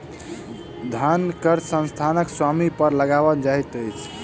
धन कर संस्थानक स्वामी पर लगायल जाइत अछि